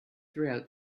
throughout